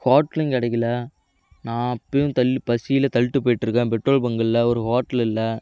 ஹோட்டலும் கிடைக்கல நான் அப்போயும் தள்ளி பசியில் தள்ளிட்டு போயிட்டு இருக்கேன் பெட்ரோல் பங்கு இல்லை ஒரு ஹோட்டல் இல்லை